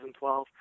2012